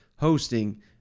hosting